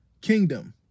kingdom